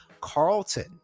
Carlton